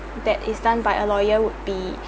that is done by a lawyer would be